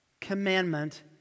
commandment